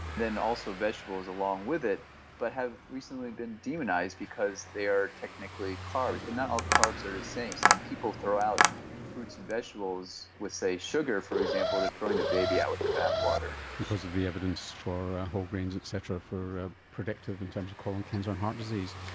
then also vegetables along with it that but have recently been demonised because they are technically carbs, but not all carbs are the same. so when people throw out fruits and vegetables with, say, sugar for example, they are throwing the baby out with the bathwater. because of the evidence for whole grains et cetera being ah protective in terms of colon cancer and heart disease.